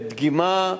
של דגימה,